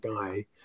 guy